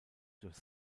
durch